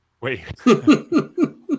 Wait